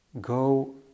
Go